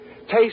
Taste